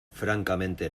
francamente